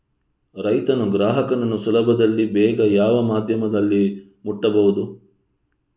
ರೈತನು ಗ್ರಾಹಕನನ್ನು ಸುಲಭದಲ್ಲಿ ಬೇಗ ಯಾವ ಮಾಧ್ಯಮದಲ್ಲಿ ಮುಟ್ಟಬಹುದು?